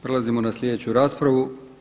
Prelazimo na sljedeću raspravu.